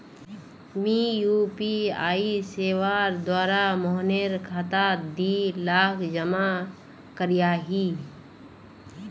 मी यु.पी.आई सेवार द्वारा मोहनेर खातात दी लाख जमा करयाही